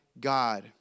God